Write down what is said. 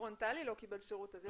ייעודיות.